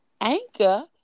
anchor